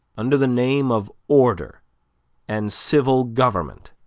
under the name of order and civil government,